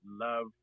love